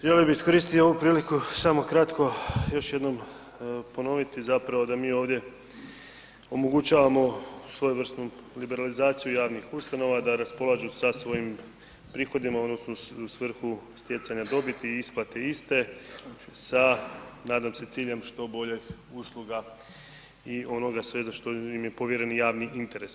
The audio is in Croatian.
Želio bih iskoristiti ovu priliku samo kratko, još jednom ponoviti zapravo da mi ovdje omogućavamo svojevrsnu liberalizaciju javnih ustanova da raspolažu sa svojim prihodima odnosno u svrhu stjecanja dobiti i isplate iste sa nadam se ciljem što boljih usluga i onoga svega za što im je povjereni javni interes.